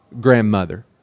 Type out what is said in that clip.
grandmother